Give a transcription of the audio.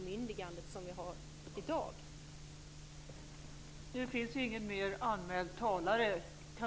Annika Nordgren att fungera som kontrollanter vid lottningen samt Lennart Beijer att förrätta lottningen.